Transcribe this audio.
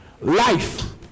Life